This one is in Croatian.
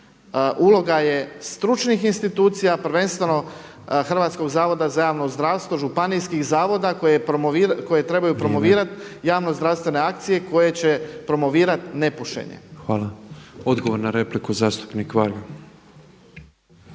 Uloga je stručnih institucija, prvenstveno Hrvatskog zavoda za javno zdravstvo, županijskih zavoda koje trebaju … /Upadica Petrov: Vrijeme./ … promovirati javnozdravstvene akcije koje će promovirati nepušenje. **Petrov, Božo (MOST)** Hvala. Odgovor na repliku zastupnik Varga.